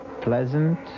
pleasant